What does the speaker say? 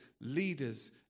leaders